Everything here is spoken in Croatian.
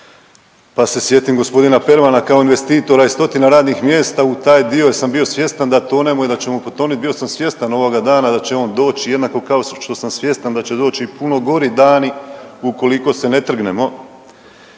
pa se sjetim g. Pervana kao investitora i stotina radnih mjesta u taj dio jer sam bio svjestan da tonemo i da ćemo potonuti, bio sam svjestan ovoga dana da će on doći, jednako kao što sam svjestan da će doći i puno gori dani ukoliko se ne trgnemo.